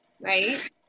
Right